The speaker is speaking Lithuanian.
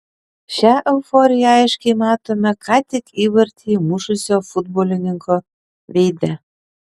šią euforiją aiškiai matome ką tik įvartį įmušusio futbolininko veide